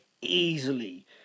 easily